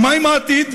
ומה עם העתיד?